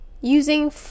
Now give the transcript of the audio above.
using